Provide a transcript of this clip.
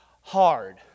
hard